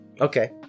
Okay